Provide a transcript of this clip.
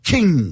King